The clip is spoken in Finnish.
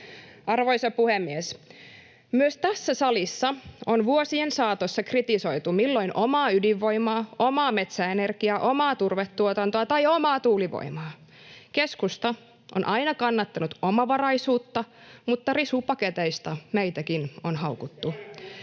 Arvoisa puhemies! Myös tässä salissa on vuosien saatossa kritisoitu milloin omaa ydinvoimaa, omaa metsäenergiaa, omaa turvetuotantoa tai omaa tuulivoimaa. Keskusta on aina kannattanut omavaraisuutta, mutta risupaketeista meitäkin on haukuttu.